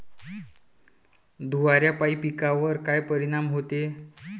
धुवारापाई पिकावर का परीनाम होते?